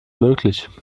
möglich